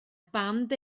band